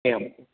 एवं